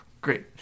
great